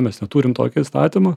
mes neturim tokio įstatymo